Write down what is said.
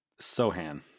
Sohan